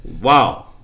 Wow